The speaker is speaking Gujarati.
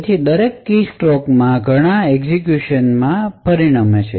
તેથી દરેક કીસ્ટ્રોક ઘણા એક્સેકયુશન માં પરિણમે છે